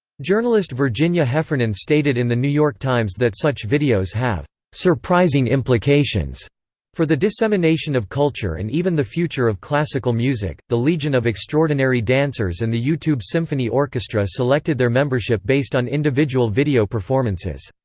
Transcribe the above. journalist virginia heffernan stated in the new york times that such videos have surprising implications for the dissemination of culture and even the future of classical music the legion of extraordinary dancers and the youtube symphony orchestra orchestra selected their membership based on individual video performances.